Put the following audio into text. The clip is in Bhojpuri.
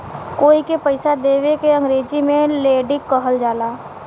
कोई के पइसा देवे के अंग्रेजी में लेंडिग कहल जाला